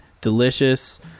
Delicious